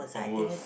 onwards